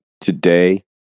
Today